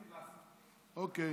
אוקיי.